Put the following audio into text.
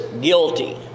guilty